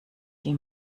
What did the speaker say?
die